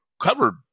covered